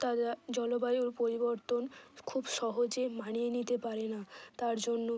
তারা জলবায়ুর পরিবর্তন খুব সহজে মানিয়ে নিতে পারে না তার জন্য